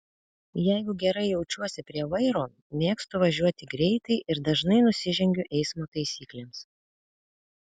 jeigu gerai jaučiuosi prie vairo mėgstu važiuoti greitai ir dažnai nusižengiu eismo taisyklėms